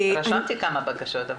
רשמתי כמה בקשות.